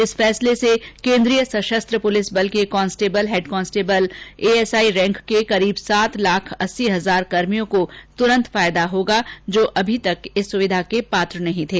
इस फैसले से केन्द्रीय सशस्त्र पुलिस बल के कांस्टेबल हैड कांस्टेबल और एएसआई रैंक के लगभग सात लाख अस्सी हजार कर्मियों को तुरंत फायदा होगा जो अभी तक इस सुविधा के पात्र नहीं थे